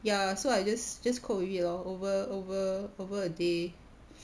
ya so I just just cope with it lor over over over a day